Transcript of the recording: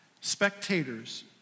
spectators